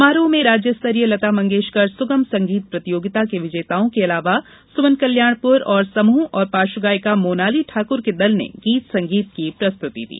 समारोह में राज्य स्तरीय लता मंगेषकर सुगम संगीत प्रतियोगिता के विजेताओं के अलावा सुमन कल्याणपुर एवं समूह और पार्ष्व गायिका मोनाली ठाकुर के दल ने गीत संगीत की प्रस्तुति दी